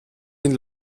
ihn